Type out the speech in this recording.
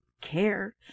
care